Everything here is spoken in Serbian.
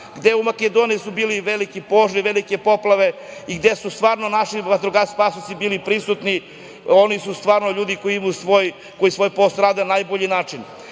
gde su u Makedoniji bili veliki požari, velike poplave i gde su stvarno, naši vatrogasci, spasioci bili prisutni. Oni su stvarno, ljudi koji svoj posao rade na najbolji način. Ja